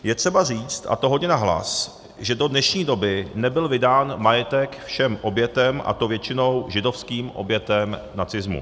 Je třeba říct, a to hodně nahlas, že do dnešní doby nebyl vydán majetek všem obětem, a to většinou židovským obětem nacismu.